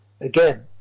again